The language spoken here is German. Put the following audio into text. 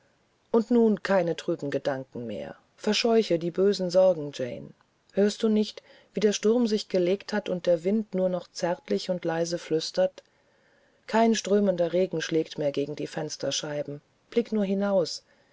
und nun keine trüben gedanken mehr verscheuche die bösen sorgen jane hörst du nicht wie der sturm sich gelegt hat und der wind nur noch zärtlich und leise flüstert kein strömender regen schlägt mehr gegen die fensterscheiben blick nur hinaus